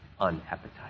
unappetizing